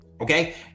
okay